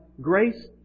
grace